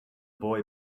boy